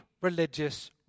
religious